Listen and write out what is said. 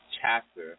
chapter